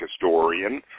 historian